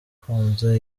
akunze